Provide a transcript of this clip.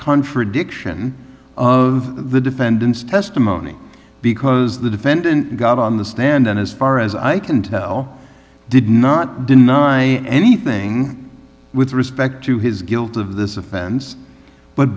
contradiction of the defendant's testimony because the defendant got on the stand and as far as i can tell did not deny anything with respect to his guilt of this offense but